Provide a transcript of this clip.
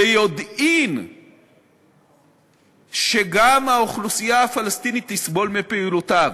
ביודעו שגם האוכלוסייה הפלסטינית תסבול מפעולותיו.